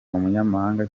umunyamahanga